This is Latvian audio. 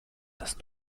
tas